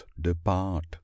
depart